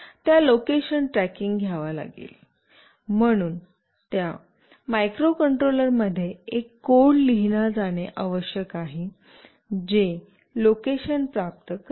त्या location tracking घ्यावा लागेल म्हणून त्या मायक्रोकंट्रोलर मध्ये एक कोड लिहिला जाणे आवश्यक आहे जे लोकेशन प्राप्त करेल